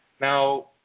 Now